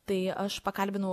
tai aš pakalbinau